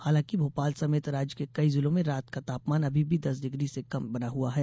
हालांकि भोपाल समेत राज्य के कई जिलों में रात का तापमान अभी भी दस डिग्री से कम बना हुआ है